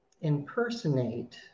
impersonate